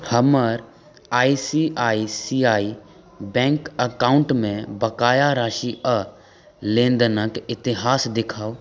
हमर I C I C I bank अकाउण्टमे बकाया राशि आओर लेनदेनके इतिहास देखाउ